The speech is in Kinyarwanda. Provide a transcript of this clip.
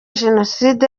jenoside